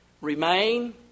remain